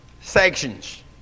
sections